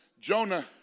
Jonah